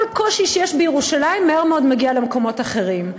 כל קושי שיש בירושלים מהר מאוד מגיע למקומות אחרים.